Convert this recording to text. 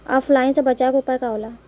ऑफलाइनसे बचाव के उपाय का होला?